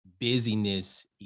busyness